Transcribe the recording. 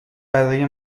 برای